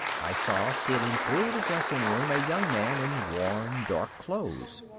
i saw stealing through the dressing room a young man in worn dark clothes.